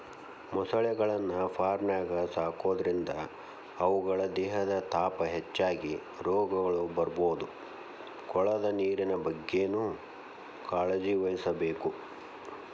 ಮೊಸಳೆಗಳನ್ನ ಫಾರ್ಮ್ನ್ಯಾಗ ಸಾಕೋದ್ರಿಂದ ಅವುಗಳ ದೇಹದ ತಾಪ ಹೆಚ್ಚಾಗಿ ರೋಗಗಳು ಬರ್ಬೋದು ಕೊಳದ ನೇರಿನ ಬಗ್ಗೆನೂ ಕಾಳಜಿವಹಿಸಬೇಕು